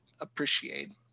appreciate